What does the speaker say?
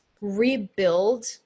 rebuild